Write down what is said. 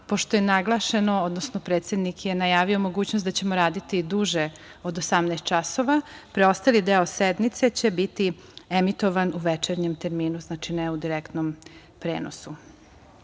pošto je predsednik najavio mogućnost da ćemo raditi duže od 18.00 časova, preostali deo sednice će biti emitovan u večernjem terminu, a ne u direktnom prenosu. Idemo